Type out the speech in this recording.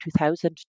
2000